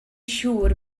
siŵr